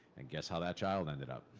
and guess how that child ended up.